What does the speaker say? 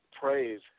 praise